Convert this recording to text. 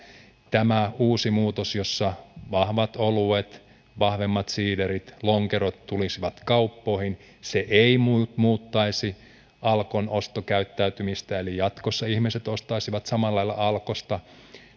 tämä uusi muutos jossa vahvemmat oluet ja siiderit sekä lonkerot tulisivat kauppoihin ei muuttaisi alkon ostokäyttäytymistä eli jatkossa ihmiset ostaisivat samalla lailla alkosta